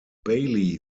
bailey